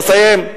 אסיים.